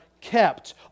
kept